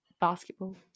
basketball